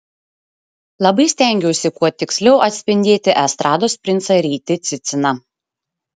labai stengiausi kuo tiksliau atspindėti estrados princą rytį ciciną